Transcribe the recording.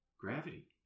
gravity